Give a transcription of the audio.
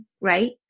right